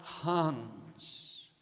hands